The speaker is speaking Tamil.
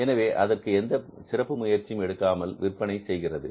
எனவே அதற்கு எந்த சிறப்பு முயற்சியும் எடுக்காமல் விற்பனை செய்கிறது